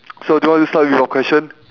so do you want to start with your question